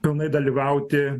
pilnai dalyvauti